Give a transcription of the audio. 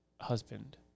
husband